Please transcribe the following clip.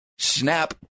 snap